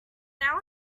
now